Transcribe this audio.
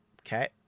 Okay